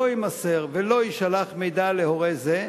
לא יימסר ולא יישלח מידע להורה זה.